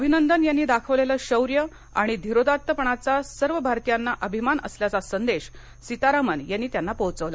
अभिनंदन यांनी दाखवलेलं शौर्य आणि धीरोदात्तपणाचा सर्व भारतीयांना अभिमान असल्याचा संदेश सीतारामन यांनी त्यांना पोहोचवला